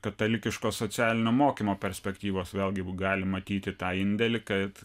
katalikiškos socialinio mokymo perspektyvos vėlgi galim matyti tą indėlį kad